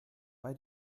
bei